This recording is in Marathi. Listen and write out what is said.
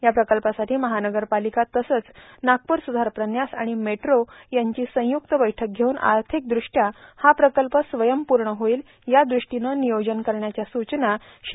या प्रकल्पासाठी महानगरपालिका तसंच नागपूर सुधार प्रन्यास आणि मेद्रो यांची संयुक्त बैठक घेवून आर्थिकद्रष्ट्या हा प्रकल्प स्वयंपूर्ण होईल याद्रष्टीनं नियोजन करण्याच्या सूचना श्री